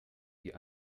die